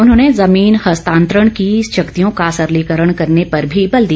उन्होंने जमीन हस्तांतरण की शक्तियों का सरलीकरण करने पर भी बल दिया